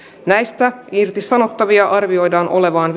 näistä irtisanottavia arvioidaan olevan